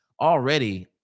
already